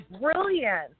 brilliant